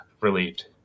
relieved